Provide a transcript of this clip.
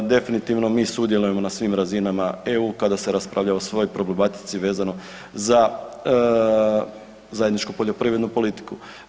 Definitivno mi sudjelujemo na svim razinama EU kada se raspravlja o svoj problematici vezano za zajedničku poljoprivrednu politiku.